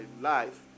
life